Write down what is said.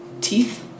teeth